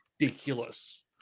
ridiculous